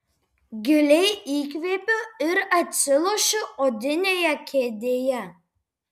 giliai įkvepiu ir atsilošiu odinėje kėdėje